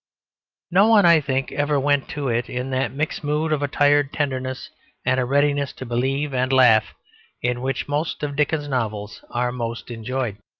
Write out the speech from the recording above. no one i think ever went to it in that mixed mood of a tired tenderness and a readiness to believe and laugh in which most of dickens's novels are most enjoyed.